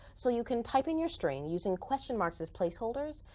so you can type in your string using question marks as place holders.